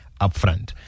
upfront